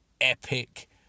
epic